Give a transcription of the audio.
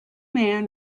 man